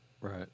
right